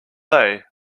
say